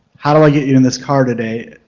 how do i get you in this car today?